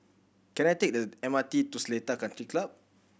can I take the M R T to Seletar Country Club